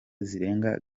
zirenga